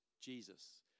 Jesus